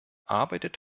arbeitet